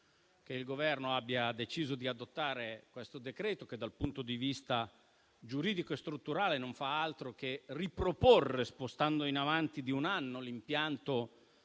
che il Governo abbia deciso di adottare questo decreto, che dal punto di vista giuridico e strutturale non fa altro che riproporre, spostandolo in avanti di un anno, l'impianto